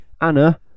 Anna